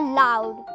loud